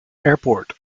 airport